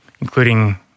including